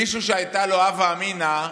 מישהו שהייתה לו הווה אמינא,